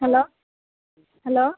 hello hello